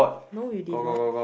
no you did not